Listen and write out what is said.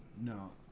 no